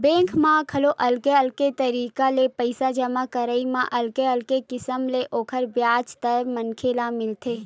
bank म घलो अलगे अलगे तरिका ले पइसा जमा करई म अलगे अलगे किसम ले ओखर बियाज दर मनखे ल मिलथे